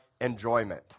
enjoyment